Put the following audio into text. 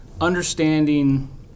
understanding